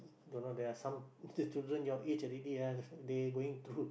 don't know there are some still children your age already ah they going through